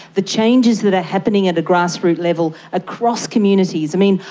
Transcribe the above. the changes that are happening at a grass-root level across communities. i mean,